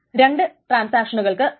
അതായത് transaction T2 എന്നത് ഇവിടെ ഉണ്ട്